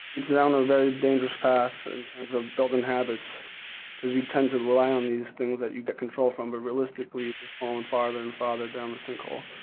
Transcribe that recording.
down a very dangerous path in terms of building habits cause you tend to rely on these things that you get control from, but realistically you're just falling farther and farther down the sinkhole,